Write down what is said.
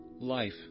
Life